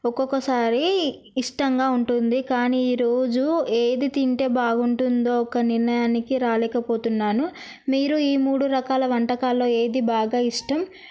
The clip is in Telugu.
ఒక్కొక్కసారి ఇష్టంగా ఉంటుంది కానీ ఈరోజు ఏది తింటే బాగుంటుందో ఒక నిర్ణయానికి రాలేకపోతున్నాను మీరు ఈ మూడు రకాల వంటకాల్లో ఏది బాగా ఇష్టం